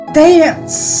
dance